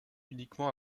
uniquement